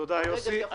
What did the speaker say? תודה, יוסי.